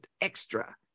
extra